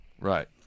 Right